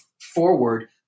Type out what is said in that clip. forward